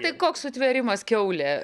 tai koks sutvėrimas kiaulė